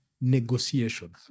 negotiation